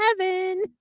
heaven